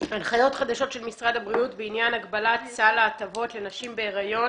הנחיות חדשות של משרד הבריאות בעניין הגבלת סל ההטבות לנשים בהריון